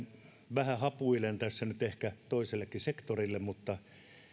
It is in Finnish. vähän hapuilen tässä nyt ehkä toisellekin sektorille mutta